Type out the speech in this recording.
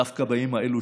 דווקא בימים האלו,